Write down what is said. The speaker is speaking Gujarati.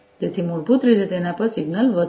તેથી મૂળભૂત રીતે તેના પર સિગ્નલ વધશે